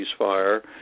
ceasefire